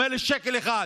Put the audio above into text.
הוא אומר לי: שקל אחד.